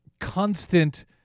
constant